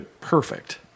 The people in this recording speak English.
perfect